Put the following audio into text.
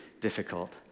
difficult